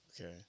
Okay